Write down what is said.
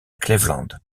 cleveland